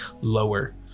lower